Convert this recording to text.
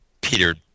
Peter